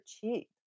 cheap